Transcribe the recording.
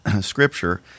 scripture